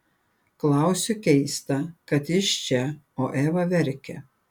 klausui keista kad jis čia o eva verkia